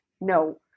No